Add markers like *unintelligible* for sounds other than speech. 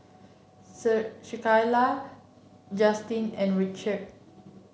*unintelligible* Justin and Richelle